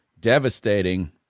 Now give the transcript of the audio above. devastating